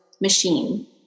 machine